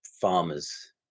farmers